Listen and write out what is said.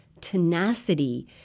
tenacity